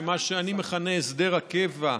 מה שאני מכנה הסדר הקבע,